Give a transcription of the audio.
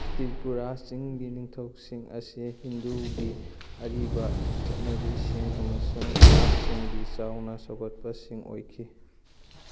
ꯇ꯭ꯔꯤꯄꯨꯔꯥ ꯆꯤꯡꯒꯤ ꯅꯤꯡꯊꯧꯁꯤꯡ ꯑꯁꯦ ꯍꯤꯟꯗꯨꯒꯤ ꯑꯔꯤꯕ ꯆꯠꯅꯕꯤꯁꯤꯡ ꯑꯃꯁꯨꯡ ꯅꯥꯠꯁꯤꯡꯒꯤ ꯆꯥꯎꯅ ꯁꯧꯒꯠꯄꯁꯤꯡ ꯑꯣꯏꯈꯤ